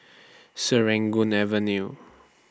Serangoon Avenue